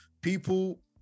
people